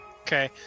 Okay